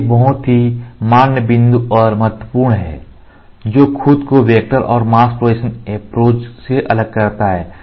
यह एक बहुत ही मान्य बिंदु और महत्वपूर्ण है जो खुद को वेक्टर और मास्क प्रोजेक्शन अप्रोच से अलग करता है